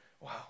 Wow